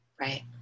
Right